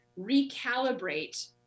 recalibrate